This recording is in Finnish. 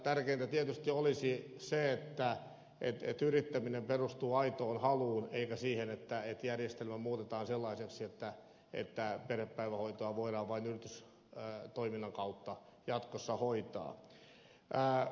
tärkeintä tietysti olisi se että yrittäminen perustuu aitoon haluun eikä siihen että järjestelmä muutetaan sellaiseksi että perhepäivähoitoa voidaan vain yritystoiminnan kautta jatkossa hoitaa